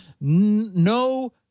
no